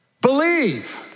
believe